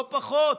לא פחות.